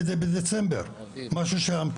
אבל בסוף המטרה שלנו היא להביא מחוללי